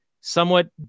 somewhat